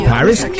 Paris